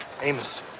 Amos